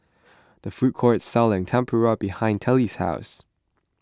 the food court selling Tempura behind Telly's house